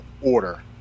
order